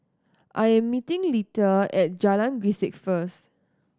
I'm meeting Letha at Jalan Grisek first